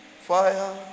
fire